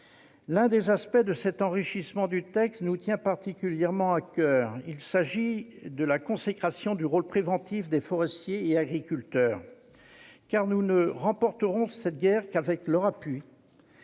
L'un des aspects de cet enrichissement du texte nous tient particulièrement à coeur : il s'agit de la consécration du rôle préventif des forestiers et des agriculteurs. Nous ne remporterons cette guerre qu'avec leur appui.